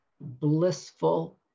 blissful